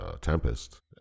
Tempest